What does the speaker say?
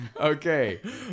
okay